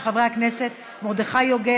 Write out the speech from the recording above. של חברי הכנסת מרדכי יוגב,